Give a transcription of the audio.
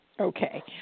Okay